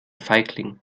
feigling